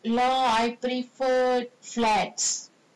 ya I prefer flats